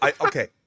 Okay